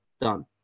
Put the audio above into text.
done